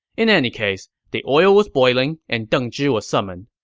in any case, the oil was boiling and deng zhi was summoned.